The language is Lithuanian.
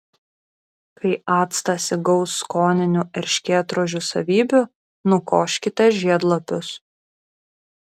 kai actas įgaus skoninių erškėtrožių savybių nukoškite žiedlapius